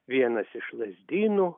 vienas iš lazdynų